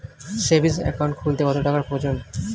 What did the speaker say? Savings account খুলতে কত টাকার প্রয়োজন?